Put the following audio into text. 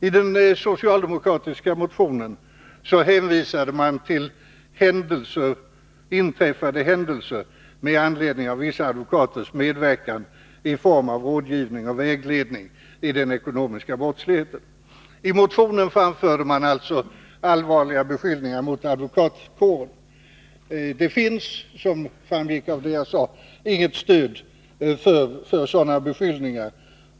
I den socialdemokratiska motionen hänvisade man till händelser, inträffade med anledning av vissa advokaters medverkan i den organiserade ekonomiska brottsligheten i form av rådgivning och vägledning. I motionen framförde man alltså allvarliga beskyllningar mot advokatkåren. Det finns, såsom framgick av det jag sade, inget stöd för sådana beskyllningar.